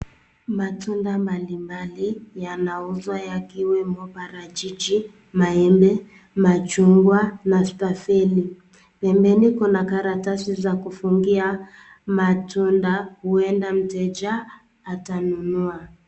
Matunda mbalimbali nyanauza yakiwemo parachichi maembe, machungwa, na saseli. Pembeni kuna karatasi za kufungia matunda uenda mteja atanunua.